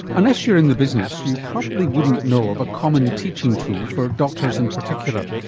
unless you're in the business you probably wouldn't know of a common teaching tool for doctors in particularly.